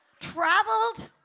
Traveled